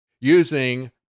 using